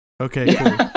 okay